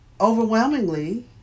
overwhelmingly